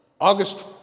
August